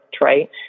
right